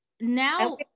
now